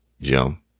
Jim